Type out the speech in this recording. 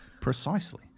Precisely